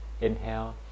Inhale